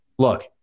look